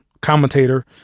commentator